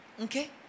Okay